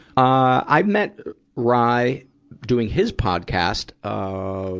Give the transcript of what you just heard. i've met ry doing his podcast, ah,